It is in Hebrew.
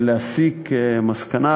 מלהסיק מסקנה,